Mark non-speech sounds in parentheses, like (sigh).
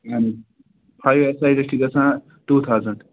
اَہَن حظ five S (unintelligible) چھِ گژھان ٹوٗ تھاوزَنٛڈ